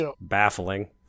baffling